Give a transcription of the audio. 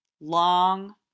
long